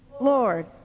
Lord